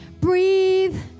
breathe